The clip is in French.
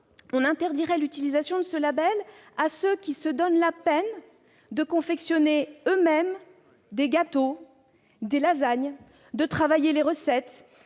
on interdirait l'utilisation de ce label à ceux qui se donnent la peine de confectionner eux-mêmes des gâteaux ou des lasagnes, de travailler les recettes,